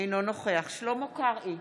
אינו נוכח שלמה קרעי,